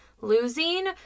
losing